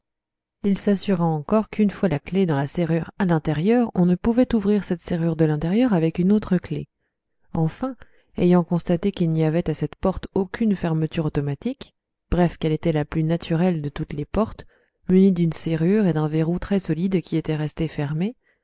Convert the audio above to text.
il s'assura encore qu'une fois la clef dans la serrure à l'intérieur on ne pouvait ouvrir cette serrure de l'intérieur avec une autre clef enfin ayant constaté qu'il n'y avait à cette porte aucune fermeture automatique bref qu'elle était la plus naturelle de toutes les portes munie d'une serrure et d'un verrou très solides qui étaient restés fermés